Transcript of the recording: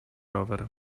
rower